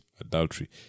adultery